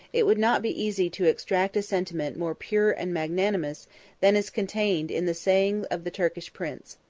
it would not be easy to extract a sentiment more pure and magnanimous than is contained in the saying of the turkish prince.